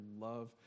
love